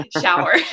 shower